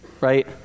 Right